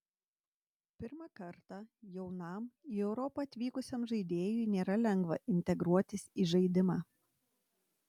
pirmą kartą jaunam į europą atvykusiam žaidėjui nėra lengva integruotis į žaidimą